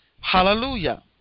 Hallelujah